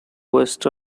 west